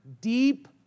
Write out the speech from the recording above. deep